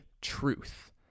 truth